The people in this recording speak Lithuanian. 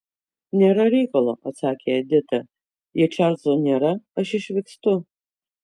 nėra reikalo atsakė edita jei čarlzo nėra aš išvykstu